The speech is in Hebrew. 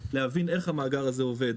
להבין איך המאגר הזה עובד,